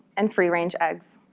and free-range eggs.